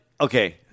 okay